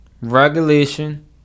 regulation